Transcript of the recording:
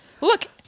Look